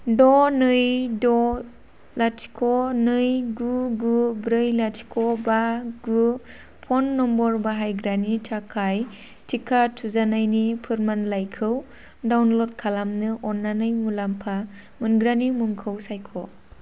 द' नै द' लाथिख' नै गु गु ब्रै लाथिख' बा गु फन नम्बर बाहायग्रानि थाखाय टिका थुजानायनि फोरमानलाइखौ डाउनलड खालामनो अन्नानै मुलाम्फा मोनग्रानि मुंखौ सायख'